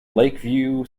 lakeview